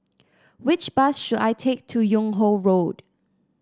which bus should I take to Yung Ho Road